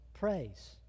praise